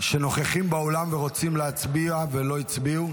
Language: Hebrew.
שנוכחים באולם, רוצים להצביע ולא הצביעו?